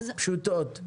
פשוטות.